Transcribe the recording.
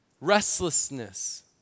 restlessness